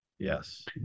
Yes